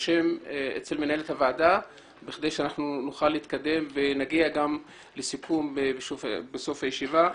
שיירשם אצל מנהלת הוועדה כדי שנוכל להתקדם ונגיע גם לסיכום בסוף הישיבה.